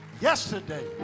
yesterday